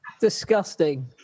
Disgusting